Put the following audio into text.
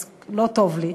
אז לא טוב לי.